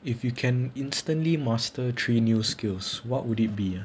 if you can instantly master three new skills what would it be ah